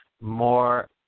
more